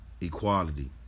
Equality